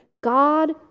God